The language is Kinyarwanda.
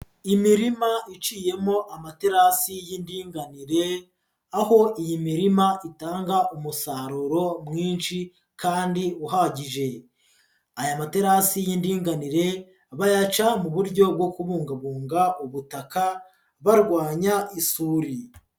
Imirima iciyemo amaterasi y'indinganire, aho iyi mirima itanga umusaruro mwinshi kandi uhagije. Aya materasi y'indinganire bayaca mu buryo bwo kubungabunga ubutaka barwanya isuri.